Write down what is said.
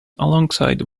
alongside